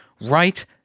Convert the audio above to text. right